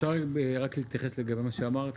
אפשר להתייחס רק למה שאמרת?